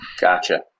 gotcha